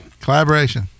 Collaboration